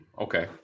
Okay